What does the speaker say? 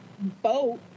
boat